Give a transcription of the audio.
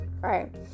Right